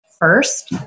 First